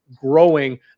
growing